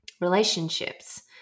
Relationships